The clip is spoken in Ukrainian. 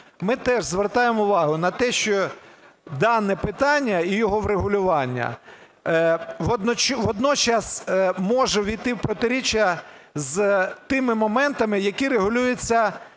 ми теж звертаємо увагу на те, що дане питання і його врегулювання водночас може увійти в протиріччя з тими моментами, які регулюються